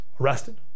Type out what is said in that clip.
arrested